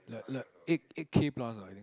like like eight eight K plus lah I think